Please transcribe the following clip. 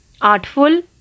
Artful